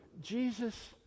Jesus